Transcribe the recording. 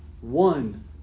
one